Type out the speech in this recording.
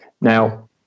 Now